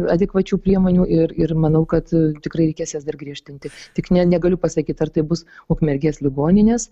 adekvačių priemonių ir ir manau kad tikrai reikės jas dar griežtinti tik ne negaliu pasakyt ar tai bus ukmergės ligoninės